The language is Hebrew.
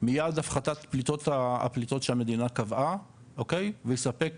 מיעד הפחתת הפליטות שהמדינה קבעה, ויספק